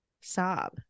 sob